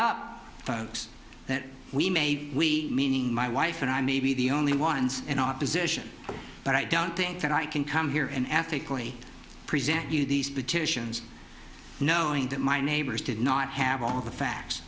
up folks that we may we meaning my wife and i may be the only ones in opposition but i don't think that i can come here and ethically present you these petitions knowing that my neighbors did not have all the facts